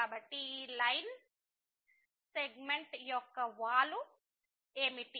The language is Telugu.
కాబట్టి ఈ లైన్ సెగ్మెంట్ యొక్క వాలు ఏమిటి